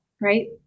Right